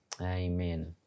Amen